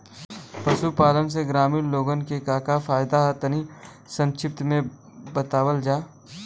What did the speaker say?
पशुपालन से ग्रामीण लोगन के का का फायदा ह तनि संक्षिप्त में बतावल जा?